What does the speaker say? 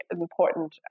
important